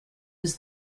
was